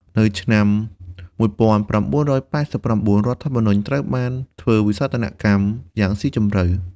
នៅឆ្នាំ ១៩៨៩ រដ្ឋធម្មនុញ្ញត្រូវបានធ្វើវិសោធនកម្មយ៉ាងស៊ីជម្រៅ។